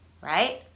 right